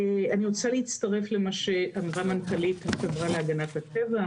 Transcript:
אני רוצה להצטרף לדברי מנכ"לית החברה להגנת הטבע.